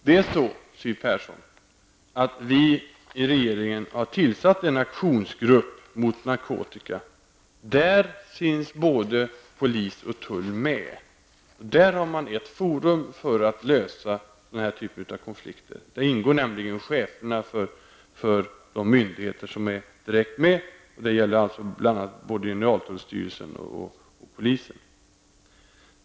Vi i regeringen, Siw Persson, har tillsatt en aktionsgrupp mot narkotika. Där finns både polis och tull med. Där har man ett forum för att lösa den här typen av konflikter. I denna grupp ingår nämligen cheferna för de myndigheter som är direkt inblandade. Det gäller både generaltullstyrelsen och polisen.